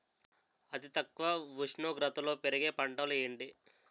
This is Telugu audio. అతి తక్కువ ఉష్ణోగ్రతలో పెరిగే పంటలు ఏంటి?